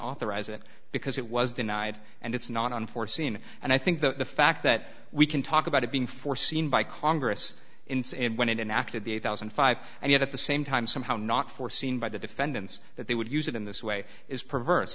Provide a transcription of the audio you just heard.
authorize it because it was denied and it's not unforeseen and i think the fact that we can talk about it being foreseen by congress in when it enacted the eight thousand and five and yet at the same time somehow not foreseen by the defendants that they would use it in this way is perverse